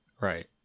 right